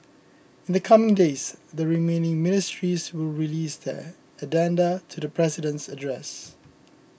in the coming days the remaining ministries will release their addenda to the President's address